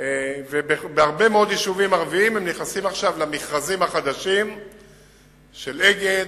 והרבה מאוד יישובים ערביים נכנסים עכשיו למכרזים החדשים של "אגד"